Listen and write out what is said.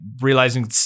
realizing